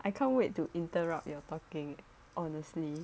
I can't wait to interrupt your talking honestly